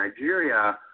Nigeria